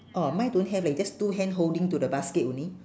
oh mine don't have leh just two hand holding to the basket only